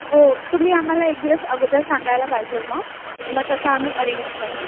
हो तुम्ही आम्हाला एक दिवस अगोदर सांगायला पाहिजे मग मग तसं आम्ही अरेंज करू